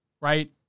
right